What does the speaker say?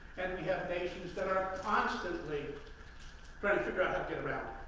and we have that are constantly trying to figure out how to get around.